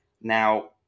Now